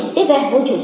તે વહેવો જોઈએ